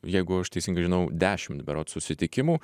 jeigu aš teisingai žinau dešimt berods susitikimų